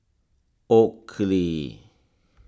Oakley